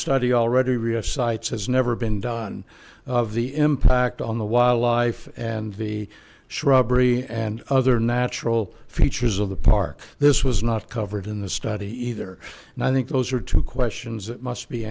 study already rich cites has never been done of the impact on the wildlife and the shrubbery and other natural features of the park this was not covered in the study either and i think those are two questions that must be